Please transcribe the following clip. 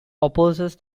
opposes